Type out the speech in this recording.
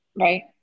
Right